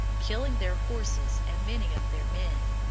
killing their horses and many of their men.